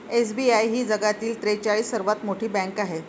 SBI ही जगातील त्रेचाळीस सर्वात मोठी बँक आहे